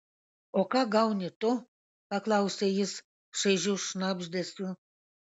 o ką gauni tu paklausė jis šaižiu šnabždesiu